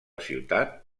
ciutat